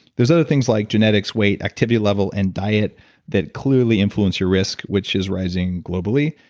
there's other things like genetics, weight, activity level, and diet that clearly influence your risk, which is rising globally.